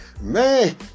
Man